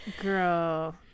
girl